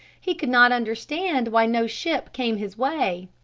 he could not understand why no ship came his way.